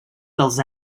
dels